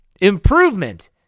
Improvement